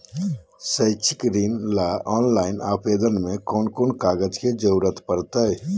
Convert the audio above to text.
शैक्षिक ऋण ला ऑनलाइन आवेदन में कौन कौन कागज के ज़रूरत पड़तई?